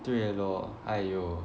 对 lor !aiyo!